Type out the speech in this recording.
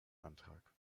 antrag